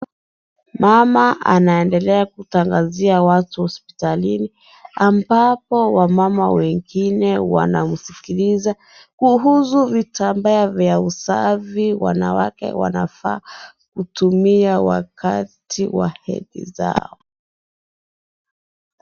Mama anaendelea kutangazia watu hospitalini, ambapo wamama wengine wanamsikiliza, kuhusu vitambaa vya usafi wanawake wanafaa kutumia wakati wa hedhi zao.